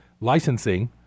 licensing